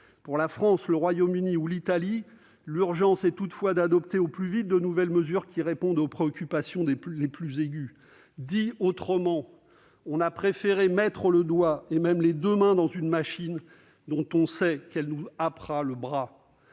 pour la France, le Royaume-Uni ou l'Italie, l'urgence est toutefois d'adopter au plus vite de nouvelles mesures qui répondent aux préoccupations les plus aiguës. » En d'autres termes, on a préféré mettre le doigt et même les deux mains dans une machine dont on sait qu'elle nous happera le bras.